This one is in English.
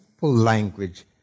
language